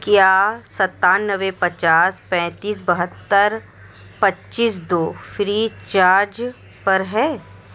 کیا ستانوے پچاس پینتیس بہتر پچیس دو فری چارج پر ہے